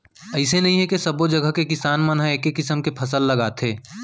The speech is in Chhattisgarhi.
अइसे नइ हे के सब्बो जघा के किसान मन ह एके किसम के फसल लगाथे